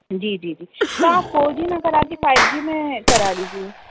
جی جی جی تو آپ فور جی نہ کرا کے فائیو جی میں کرا لیجیے